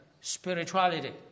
spirituality